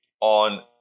on